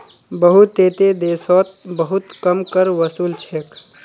बहुतेते देशोत बहुत कम कर वसूल छेक